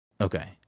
Okay